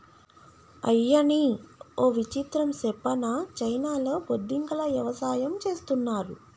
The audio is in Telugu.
అయ్యనీ ఓ విచిత్రం సెప్పనా చైనాలో బొద్దింకల యవసాయం చేస్తున్నారు